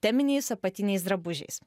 teminiais apatiniais drabužiais